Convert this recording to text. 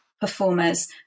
performers